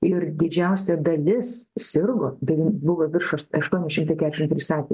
ir didžiausia dalis sirgo devyn buvo virš aštuoni šimtai keturiasdešimt trys atvejai